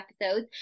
episodes